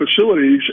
facilities